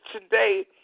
Today